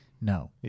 No